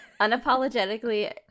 unapologetically